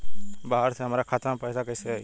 बाहर से हमरा खाता में पैसा कैसे आई?